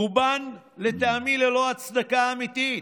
רובן, לטעמי, ללא הצדקה אמיתית,